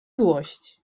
złość